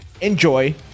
enjoy